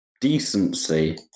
decency